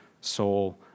soul